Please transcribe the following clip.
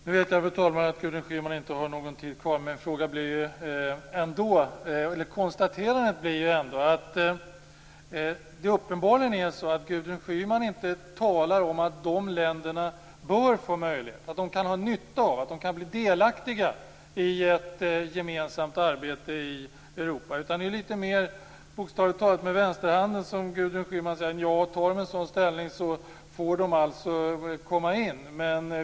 Fru talman! Jag vet att Gudrun Schyman inte har någon talartid kvar, men konstaterandet blir ändå att Gudrun Schyman uppenbarligen inte talar om att de här länderna kan ha nytta av att bli delaktiga i ett gemensamt arbete i Europa. Det är bokstavligt talat lite mer med vänsterhanden som Gudrun Schyman indikerar: Nja, intar de en sådan ställning, får de komma in.